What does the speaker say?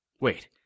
Wait